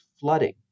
flooding